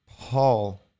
Paul